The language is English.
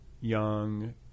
young